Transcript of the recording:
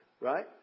Right